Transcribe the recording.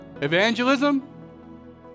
Evangelism